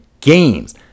games